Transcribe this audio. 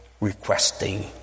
requesting